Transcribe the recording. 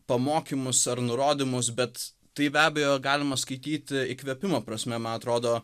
pamokymus ar nurodymus bet tai be abejo galima skaityti įkvėpimo prasme man atrodo